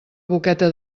boqueta